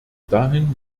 dahin